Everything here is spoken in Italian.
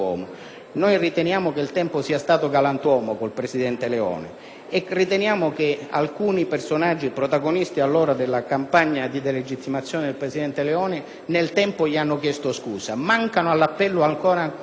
Riteniamo che il tempo sia stato galantuomo con il presidente Leone e che alcuni personaggi protagonisti allora della campagna di delegittimazione del presidente Leone nel tempo gli abbiano chiesto scusa. Mancano all'appello ancora alcuni,